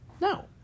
No